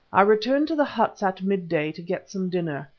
i returned to the huts at mid-day to get some dinner.